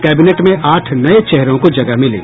cabinet में आठ नये चेहरों को जगह मिली